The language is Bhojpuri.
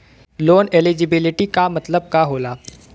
लोन एलिजिबिलिटी का मतलब का होला?